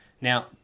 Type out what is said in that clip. Now